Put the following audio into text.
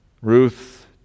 Ruth